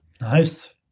Nice